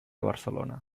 barcelona